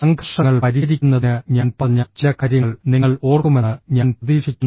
സംഘർഷങ്ങൾ പരിഹരിക്കുന്നതിന് ഞാൻ പറഞ്ഞ ചില കാര്യങ്ങൾ നിങ്ങൾ ഓർക്കുമെന്ന് ഞാൻ പ്രതീക്ഷിക്കുന്നു